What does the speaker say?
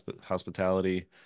hospitality